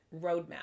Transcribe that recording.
roadmap